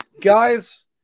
guys